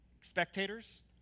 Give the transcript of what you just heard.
spectators